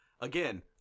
again